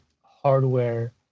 hardware